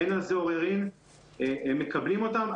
אין על זה עוררין ומקבלים אותם.